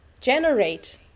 generate